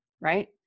right